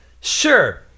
Sure